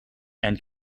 and